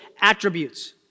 attributes